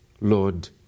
Lord